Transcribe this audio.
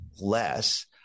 less